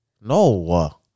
No